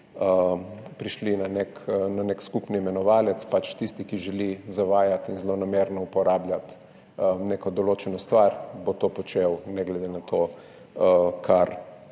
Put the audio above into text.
prišli na nek skupni imenovalec. Tisti, ki želi zavajati in zlonamerno uporabljati neko določeno stvar, bo to počel, ne glede na to, kar